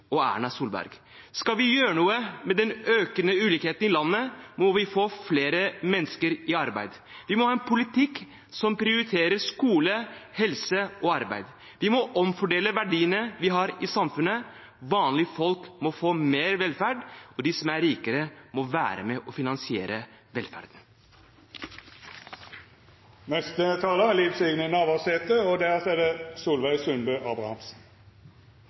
og Erna Solberg. Skal vi gjøre noe med den økende ulikheten i landet, må vi få flere mennesker i arbeid. Vi må få en politikk som prioriterer skole, helse og arbeid. Vi må omfordele verdiene vi har i samfunnet. Vanlige folk må få mer velferd, og de som er rikere, må være med på å finansiere velferden. Ei av dei viktigaste oppgåvene til ein stat er